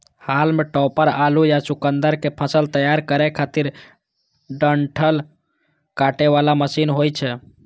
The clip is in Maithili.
हाल्म टॉपर आलू या चुकुंदर के फसल तैयार करै खातिर डंठल काटे बला मशीन होइ छै